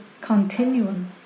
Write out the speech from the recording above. continuum